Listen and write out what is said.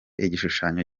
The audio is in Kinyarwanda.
igishushanyo